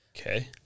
Okay